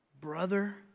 Brother